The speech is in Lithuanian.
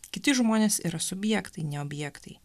kiti žmonės yra subjektai ne objektai